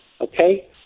Okay